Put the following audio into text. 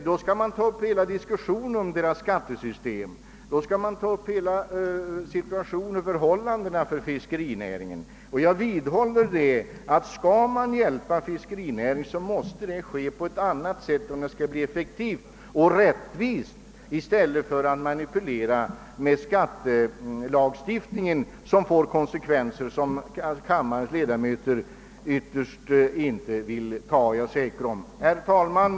Då måste man ta upp en diskussion om hela deras skattesystem och även om förhållandena för deras fiskerinäring. Jag vidhåller, att skall vi hjälpa fiskerinäringen så skall det — för att det skall bli effektivt och rättvist — ske på ett annat sätt än genom att man manipulerar med skattelagstiftningen, något som skulle få konsekvenser som jag är övertygad om att kammarens ledamöter inte vill ta. Herr talman!